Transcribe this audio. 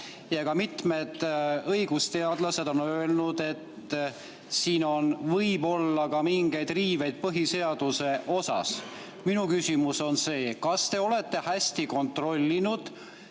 Ka mitmed õigusteadlased on öelnud, et siin on võib-olla ka mingeid põhiseaduse riiveid. Minu küsimus on see: kas te olete hästi kontrollinud,